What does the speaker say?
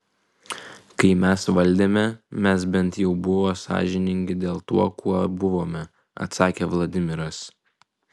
kai mes valdėme mes bent jau buvo sąžiningi dėl tuo kuo buvome atsakė vladimiras